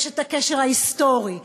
יש הקשר ההיסטורי,